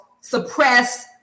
suppress